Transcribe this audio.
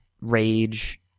rage